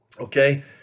okay